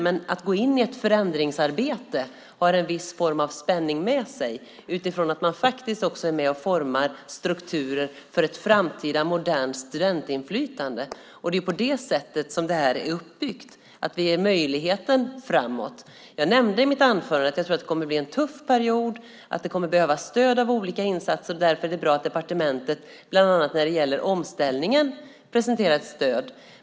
Men att gå in i ett förändringsarbete har en viss form av spänning med sig utifrån att man också är med och formar strukturer för ett framtida modernt studentinflytande. Det är på det sättet det här är uppbyggt. Vi ger möjligheten framåt. Jag nämnde i mitt anförande att jag tror att det kommer att bli en tuff period och att det kommer att behövas stöd genom olika insatser. Därför är det bra att departementet bland annat när det gäller omställningen presenterar ett stöd.